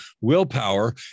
willpower